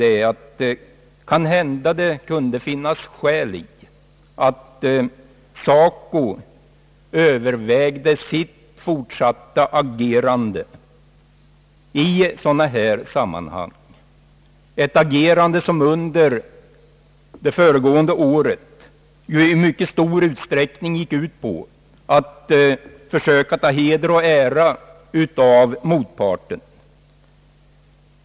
Det finns kanske skäl för SACO att överväga sitt fortsatta agerande i sådana sammanhang, ett agerande som under föregående år i mycket stor utsträckning gick ut på att försöka ta heder och ära av motparten.